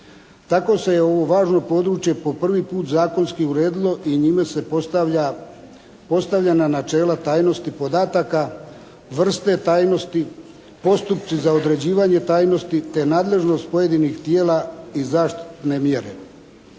Tako se je ovo važno područje po prvi puta zakonski uredilo i njime se postavljena načela tajnosti podataka, vrste tajnosti, postupci za određivanje tajnosti te nadležnost pojedinih tijela i zaštitne mjere.